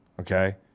Okay